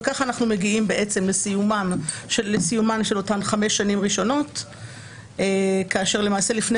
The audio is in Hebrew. וכך אנחנו מגיעים לסיומן של אותן חמש שנים ראשונות כאשר למעשה לפני